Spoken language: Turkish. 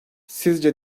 sizce